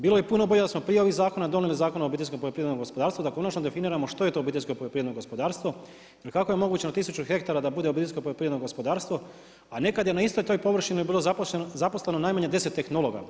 Bilo bi puno bolje da smo prije ovih zakona donijeli zakon o obiteljskom poljoprivrednom gospodarstvu, da konačno definiramo što je to obiteljsko poljoprivredno gospodarstvo i kako je moguće da od 1000 hektara da bude obiteljsko poljoprivredno gospodarstvo, a nekad je na istoj toj površini bilo zaposleno najmanje 10 tehnologa.